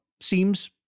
Seems